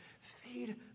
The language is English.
fade